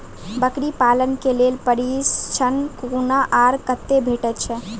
बकरी पालन के लेल प्रशिक्षण कूना आर कते भेटैत छै?